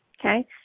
Okay